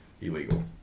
illegal